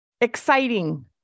Exciting